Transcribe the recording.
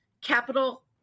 capital